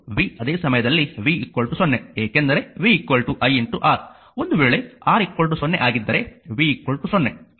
ಆದರೆ v ಅದೇ ಸಮಯದಲ್ಲಿ v 0 ಏಕೆಂದರೆ v iR ಒಂದು ವೇಳೆ R 0 ಆಗಿದ್ದರೆ v 0